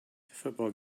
football